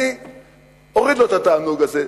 אני אוריד לו את התענוג הזה.